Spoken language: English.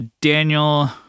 Daniel